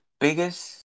biggest